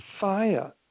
fire